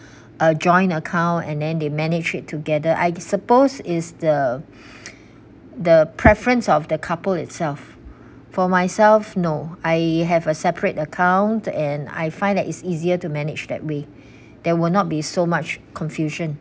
a joint account and then they manage it together I suppose is the the preference of the couple itself for myself no I have a separate account and I find that it's easier to manage that way there will not be so much confusion